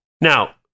Now